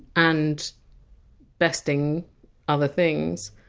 and besting other things,